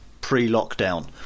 pre-lockdown